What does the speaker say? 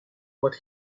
what